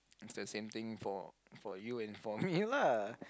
it's the same thing for for you and for me lah